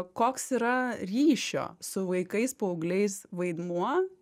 koks yra ryšio su vaikais paaugliais vaidmuo